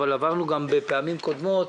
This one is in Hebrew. אבל גם עברנו את זה בפעמים קודמות,